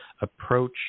approach